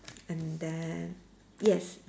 and then yes